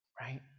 right